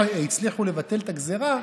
שהצליחו לבטל את הגזרה,